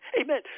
Amen